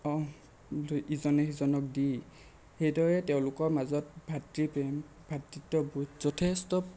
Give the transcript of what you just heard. ইজনে সিজনক দি সেইদৰে তেওঁলোকৰ মাজত ভাতৃপ্ৰেম ভাতৃত্ববোধ যথেষ্ট